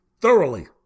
thoroughly